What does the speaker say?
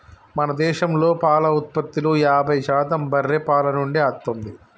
మన దేశంలో పాల ఉత్పత్తిలో యాభై శాతం బర్రే పాల నుండే అత్తుంది